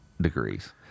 degrees